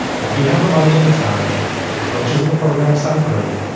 you have the money and the time the coaches and the program sound great.